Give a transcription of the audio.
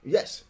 Yes